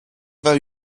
vingt